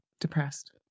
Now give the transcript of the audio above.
depressed